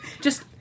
Just-